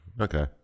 Okay